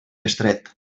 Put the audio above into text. estret